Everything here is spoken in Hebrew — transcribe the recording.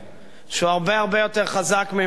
שהוא הרבה הרבה יותר חזק מממשלתו.